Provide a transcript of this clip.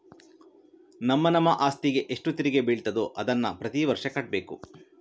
ನಮ್ಮ ನಮ್ಮ ಅಸ್ತಿಗೆ ಎಷ್ಟು ತೆರಿಗೆ ಬೀಳ್ತದೋ ಅದನ್ನ ಪ್ರತೀ ವರ್ಷ ಕಟ್ಬೇಕು